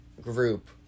group